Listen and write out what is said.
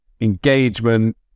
engagement